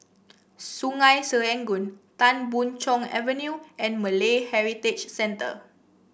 Sungei Serangoon Tan Boon Chong Avenue and Malay Heritage Centre